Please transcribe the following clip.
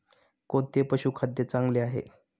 कोणते पशुखाद्य चांगले आहे?